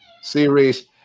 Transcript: series